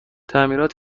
تعمیرات